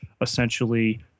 essentially –